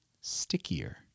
stickier